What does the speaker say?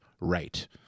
right